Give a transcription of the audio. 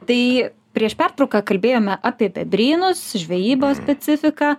tai prieš pertrauką kalbėjome apie bebrynus žvejybos specifiką